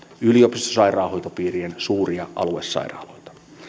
yliopistosairaanhoitopiirien suuria aluesairaaloita